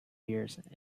years